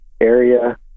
area